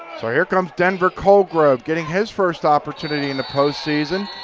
so here comes denver colgrove getting his first opportunity in a postseason.